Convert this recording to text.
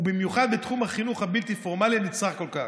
ובמיוחד בתחום החינוך הבלתי-פורמלי, הנצרך כל כך,